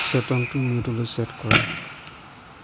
ছেটঙটো মিউটলৈ ছেট কৰা